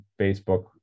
Facebook